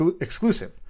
exclusive